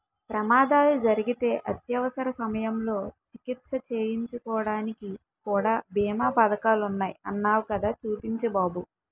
ప్రమాదాలు జరిగితే అత్యవసర సమయంలో చికిత్స చేయించుకోడానికి కూడా బీమా పదకాలున్నాయ్ అన్నావ్ కదా చూపించు బాబు